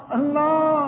Allah